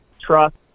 trust